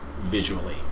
visually